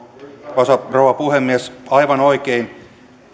arvoisa rouva puhemies aivan oikein